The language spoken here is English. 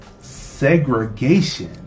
segregation